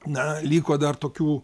na liko dar tokių